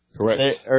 Correct